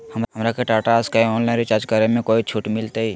हमरा के Tata Sky online recharge करे में कोई छूट मिलतई